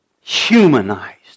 humanized